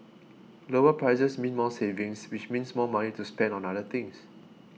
lower prices mean more savings which means more money to spend on other things